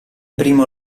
primo